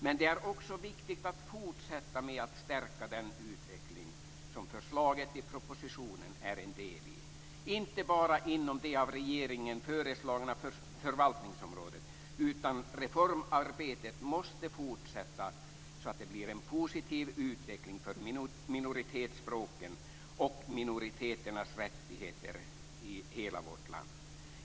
Men det är också viktigt att fortsätta med att stärka den utveckling som förslaget i propositionen är en del av, inte bara inom det av regeringen föreslagna förvaltningsområdet. Reformarbetet måste fortsätta så att det blir en positiv utveckling för minoritetsspråken och minoriteternas rättigheter i hela vårt land.